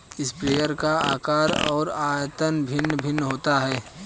sprayer का आकार और आयतन भिन्न भिन्न होता है